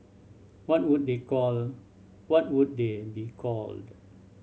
what would they called what would they be called